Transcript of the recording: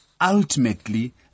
ultimately